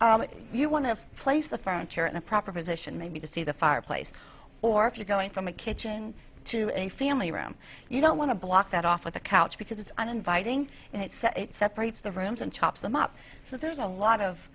right you want to place the frontier in the proper position maybe to see the fireplace or if you're going from a kitchen to a family room you don't want to block that off with a couch because it's uninviting and it separates the rooms and chops them up so there's a lot of